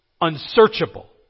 unsearchable